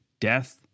death